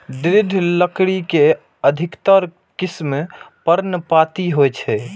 दृढ़ लकड़ी के अधिकतर किस्म पर्णपाती होइ छै